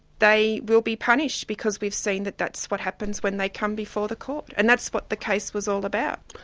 they will be punished, because we've seen that that's what happens when they come before the court, and that's what the case was all about.